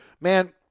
man